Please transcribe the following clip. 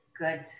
Good